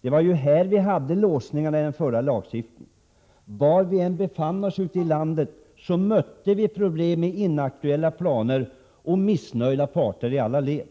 Det var ju här vi hade låsningarna i den förra lagstiftningen. Var vi än befann oss ute i landet, så mötte vi problem med inaktuella planer och missnöjda parter i alla led.